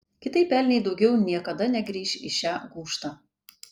kitaip elniai daugiau niekada negrįš į šią gūžtą